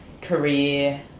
career